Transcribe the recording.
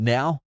Now